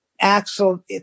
Axel